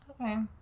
Okay